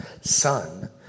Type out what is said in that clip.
son